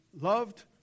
loved